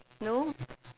no